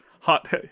hot